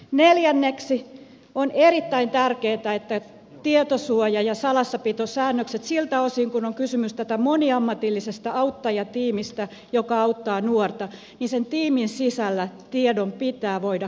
neljänneksi on erittäin tärkeää mitä tulee tietosuoja ja salassapitosäännöksiin siltä osin kuin on kysymys tästä moniammatillisesta auttajatiimistä joka auttaa nuorta että sen tiimin sisällä tiedon pitää voida kulkea